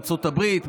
בארצות הברית,